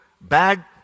bad